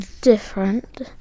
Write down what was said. different